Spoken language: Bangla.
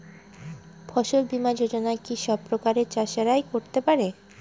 ফসল বীমা যোজনা কি সব প্রকারের চাষীরাই করতে পরে?